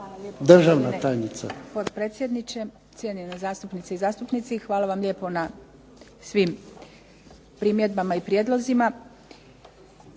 državna tajnica.